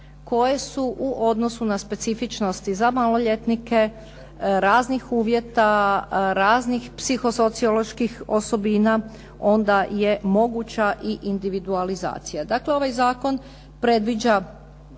koje su u odnosu na specifičnosti za maloljetnike raznih uvjeta, raznih psiho socioloških osobina onda je moguća i individualizacija. Dakle, ovaj zakon predviđa